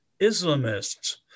Islamists